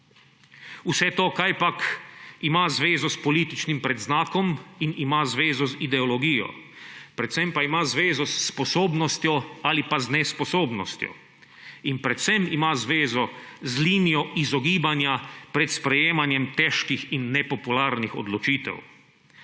Vse to kajpak ima zvezo s političnim predznakom in ima zvezo z ideologijo, predvsem pa ima zvezo s sposobnostjo ali pa z nesposobnostjo. In predvsem ima zvezo z linijo izogibanja pred sprejemanjem težkih in nepopularnih odločitev.